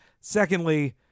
secondly